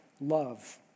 love